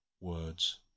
words